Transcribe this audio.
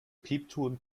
piepton